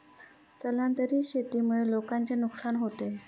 स्थलांतरित शेतीमुळे लोकांचे नुकसान होते